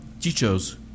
teachers